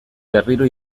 berriro